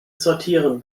sortieren